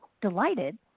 Delighted